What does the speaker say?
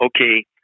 okay